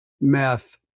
meth